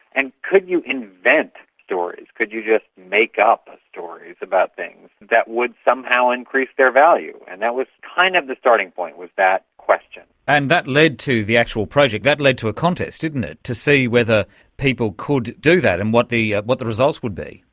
and could you invent stories, could you just make up stories about things that would somehow increase their value? and that was kind of the starting point, was that question. and that led to the actual project, that led to a contest ah to see whether people could do that and what the what the results would be.